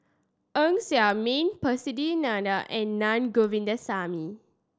Ng Ser Miang Percy McNeice and Naa Govindasamy